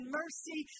mercy